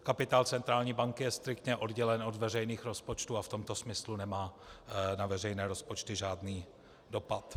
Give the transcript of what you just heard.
Kapitál centrální banky je striktně oddělen od veřejných rozpočtů a v tomto smyslu nemá na veřejné rozpočty žádný dopad.